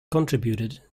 contributed